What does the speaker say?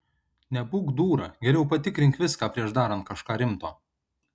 nebūk dūra geriau patikrink viską prieš darant kažką rimto